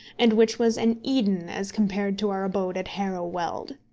and which was an eden as compared to our abode at harrow weald.